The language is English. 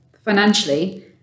financially